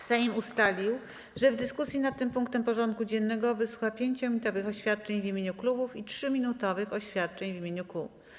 Sejm ustalił, że w dyskusji nad tym punktem porządku dziennego wysłucha 5-minutowych oświadczeń w imieniu klubów i 3-minutowych oświadczeń w imieniu kół.